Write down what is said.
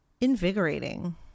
invigorating